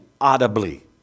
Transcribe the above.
audibly